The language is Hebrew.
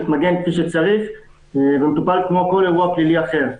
מתמגן כפי שצריך והוא מטופל כמו כל אירוע פלילי אחר.